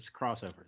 crossovers